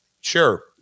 sure